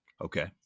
Okay